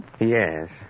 Yes